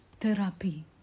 therapy